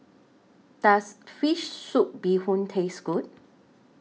Does Fish Soup Bee Hoon Taste Good